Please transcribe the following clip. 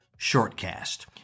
shortcast